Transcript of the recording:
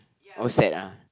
oh sad ah